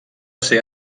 ser